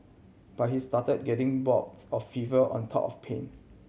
but he started getting bouts of fever on top of pain